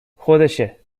خودشه